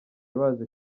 baje